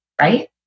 right